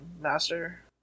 Master